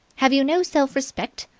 have you no self-respect?